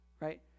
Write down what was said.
right